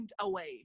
away